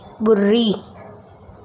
ॿुड़ी